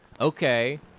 Okay